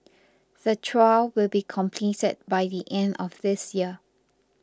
the trial will be completed by the end of this year